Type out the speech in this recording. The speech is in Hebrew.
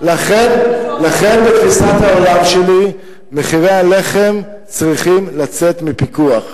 לכן בתפיסת העולם שלי מחירי הלחם צריכים לצאת מפיקוח.